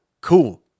cool